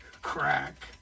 crack